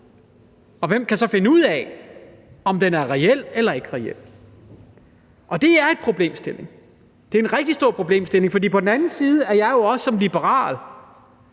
og hvem kan så finde ud af, om den er reel eller ikke er reel? Det er en rigtig vigtig problemstilling, for på den ene side er jeg jo som liberal